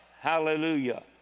Hallelujah